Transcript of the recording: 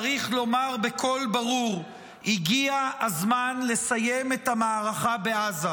צריך לומר בקול ברור שהגיע הזמן לסיים את המערכה בעזה,